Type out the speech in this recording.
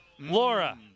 Laura